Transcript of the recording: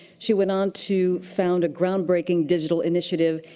she went on to found a groundbreaking digital initiative.